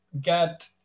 get